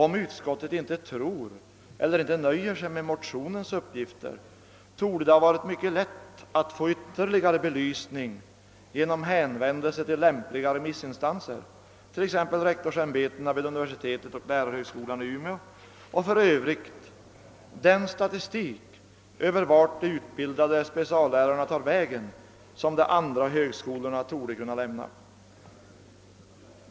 Om utskottet inte tror eller inte nöjer sig med motionens uppgifter, borde det ha varit mycket lätt att få frågan ytterligare belyst genom hänvändelse till lämpliga remissinstanser, t.ex. rektorsämbetena vid universitetet och lärarhögskolan i Umeå, och för övrigt genom den statistik över vart de utbildade speciallärarna tar vägen, som de andra högskolorna torde kunna lämna.